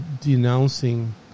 denouncing